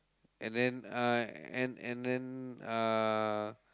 and then uh and and then uh